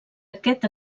aquest